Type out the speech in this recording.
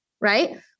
right